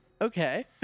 Okay